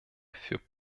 für